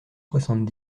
soixante